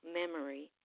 memory